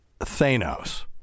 Thanos